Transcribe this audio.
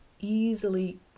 easily